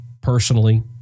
personally